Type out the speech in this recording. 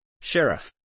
Sheriff